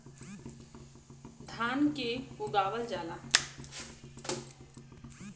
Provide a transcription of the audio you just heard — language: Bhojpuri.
धान के उगावल जाला